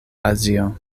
azio